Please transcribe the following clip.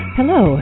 Hello